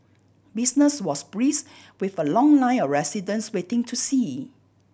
business was brisk with a long line of residents waiting to see